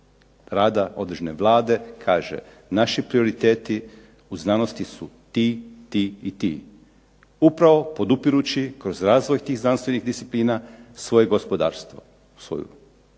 rada određene vlade kaže, naši prioriteti u znanosti su ti, ti i ti. Upravo podupirući kroz razvoj tih znanstvenih disciplina svoje gospodarstvo, svoju